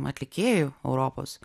atlikėjų europos